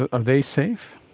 are they safe?